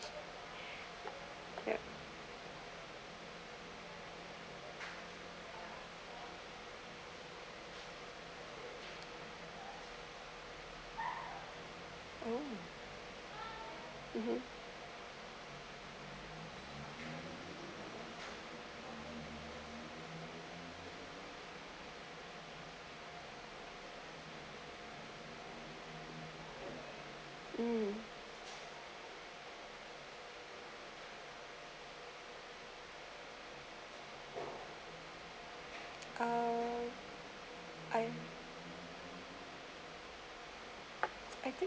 ya oh mmhmm mm uh I I think